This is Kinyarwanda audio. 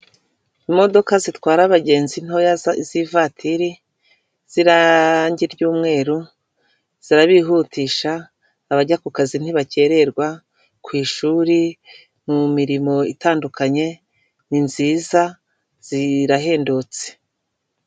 Ni muri gare hari haparitse imodoka za kwasiteri zikoreshwa na ajanse ya sitela.